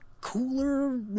cooler